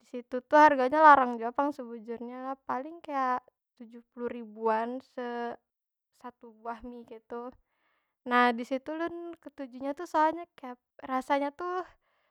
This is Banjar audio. Di situ tu harganya larang jua pang sebujurnya lah. Paling kaya, tujuh puluh ribuan se- satu buah mie kaytu. Nah di situ ulun ketujunya tu, soalnya kaya, rasanya tuh.